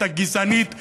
הגזענית שלנו,